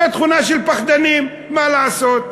זה תכונה של פחדים, מה לעשות.